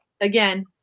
again